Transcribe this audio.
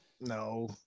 No